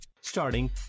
Starting